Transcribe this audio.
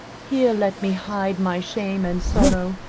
here let me hide my shame and sorrow,